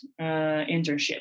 internship